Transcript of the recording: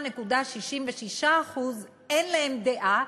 ו-23.66% אין להם דעה,